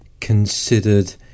considered